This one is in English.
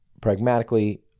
pragmatically